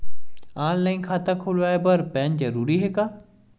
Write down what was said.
Online खाता खुलवाय बर पैन जरूरी हे का?